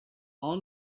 all